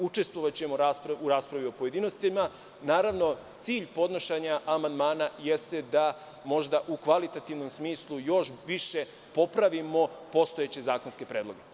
Učestvovaćemo u raspravi u pojedinostima, naravno cilj podnošenja amandmana jeste da možda u kvalitativnom smislu još više popravimo postojeće zakonske predloge.